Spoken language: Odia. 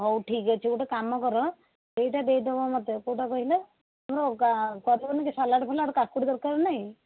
ହଉ ଠିକ୍ଅଛି ଗୋଟେ କାମକର ଏଇଟା ଦେଇଦେବ ମୋତେ କେଉଁଟା କହିଲ କରିବନି କି ସାଲାଡ଼ ଫାଲଡ଼ କାକୁଡ଼ି ଦରକାର ନାହିଁ